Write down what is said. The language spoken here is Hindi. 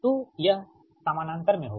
तो यह समानांतर में होगा